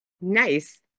Nice